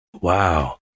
wow